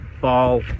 ball